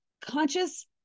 conscious